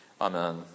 Amen